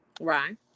Right